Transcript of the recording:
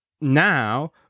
now